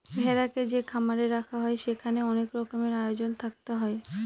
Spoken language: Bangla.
ভেড়াকে যে খামারে রাখা হয় সেখানে অনেক রকমের আয়োজন থাকতে হয়